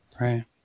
Right